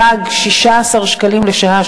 גג 16 שקלים לשעה,